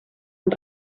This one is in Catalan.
amb